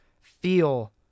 feel